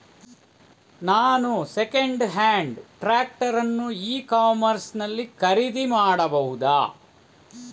ನಾನು second hand tractor ಅನ್ನು e commerce ನಲ್ಲಿ ಖರೀದಿ ಮಾಡಬಹುದಾ?